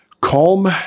Calm